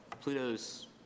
Pluto's